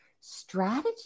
strategy